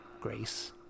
Grace